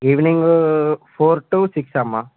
evening four to six అమ్మ